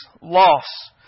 loss